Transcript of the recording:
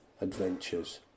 adventures